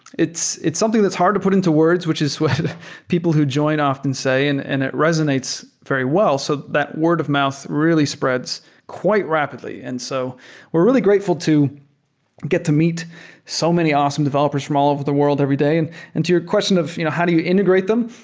it's it's something that's hard to put into words, which is what people who join often say and and it resonates very well. so that word-of-mouth really spreads quite rapidly. and so we're really grateful to get to meet so many awesome developers from all of of the world every day. and and to your question of you know how do you integrate them?